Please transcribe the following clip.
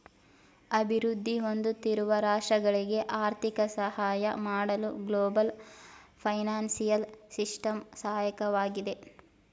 ಅಭಿವೃದ್ಧಿ ಹೊಂದುತ್ತಿರುವ ರಾಷ್ಟ್ರಗಳಿಗೆ ಆರ್ಥಿಕ ಸಹಾಯ ಮಾಡಲು ಗ್ಲೋಬಲ್ ಫೈನಾನ್ಸಿಯಲ್ ಸಿಸ್ಟಮ್ ಸಹಾಯಕವಾಗಿದೆ